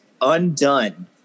undone